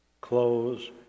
clothes